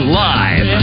live